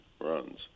runs